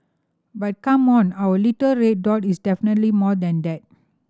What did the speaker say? but come on our little red dot is definitely more than that